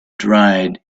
dried